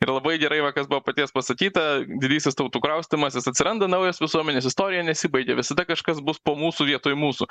ir labai gerai va kas buvo paties pasakyta didysis tautų kraustymasis atsiranda naujas visuomenės istorija nesibaigia visada kažkas bus po mūsų vietoj mūsų